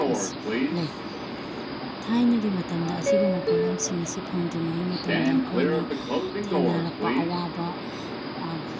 ꯑꯁꯤ ꯂꯩ ꯊꯥꯏꯅꯒꯤ ꯃꯇꯝꯗ ꯑꯁꯤꯒꯨꯝꯕ ꯄꯣꯠꯂꯝꯁꯤꯡ ꯑꯁꯤ ꯐꯪꯗ꯭ꯔꯤꯉꯥꯏ ꯃꯇꯝꯗ ꯑꯩꯈꯣꯏꯅ ꯊꯦꯡꯅꯔꯛꯄ ꯑꯋꯥꯕ